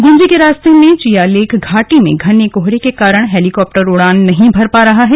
गुंजी के रास्ते में चियालेख घाटी में घने कोहरे के कारण हैलीकॉप्टर उड़ान नहीं भर पा रहा है